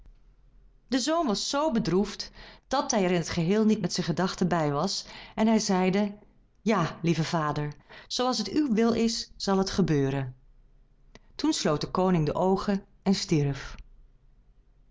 de zoon was z bedroefd dat hij er in t geheel niet met zijn gedachten bij was en hij zeide ja lieve vader zooals het uw wil is zal het gebeuren toen sloot de koning de oogen en stierf